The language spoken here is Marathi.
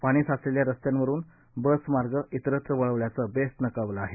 पाणी साचलेल्या रस्त्यांवरुन बस मार्ग तिरत्र वळवल्याचं बेस्टनं कळवलं आहे